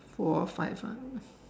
four or five ah